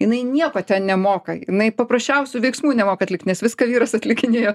jinai nieko nemoka jinai paprasčiausių veiksmų nemoka atlikt nes viską vyras atlikinėjo